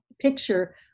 picture